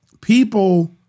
people